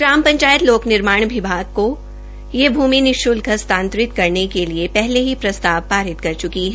ग्राम पंचायत लोक निर्माण विभाग को यह निश्ल्क हस्तांतरित करने के लिए पहले ही प्रस्ताव पारित कर च्की है